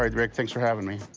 um rick, thanks for having me.